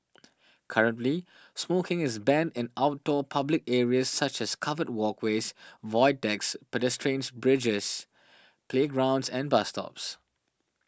currently smoking is banned in outdoor public areas such as covered walkways void decks pedestrians bridges playgrounds and bus stops